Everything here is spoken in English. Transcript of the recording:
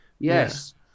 yes